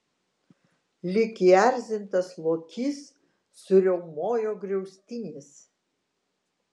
lyg įerzintas lokys suriaumojo griaustinis